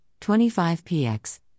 25px